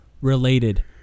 related